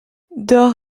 dor